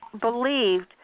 believed